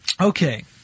Okay